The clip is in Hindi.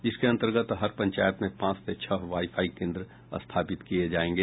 जिसके अन्तर्गत हर पंचायत में पांच से छह वाई फाई केन्द्र स्थापित किये जायेंगे